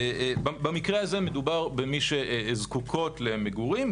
במקרה הזה, מדובר במי שזקוקות למגורים.